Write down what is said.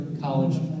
college